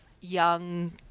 young